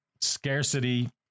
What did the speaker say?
scarcity